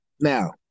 Now